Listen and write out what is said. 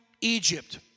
Egypt